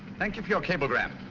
thank you for your cablegram.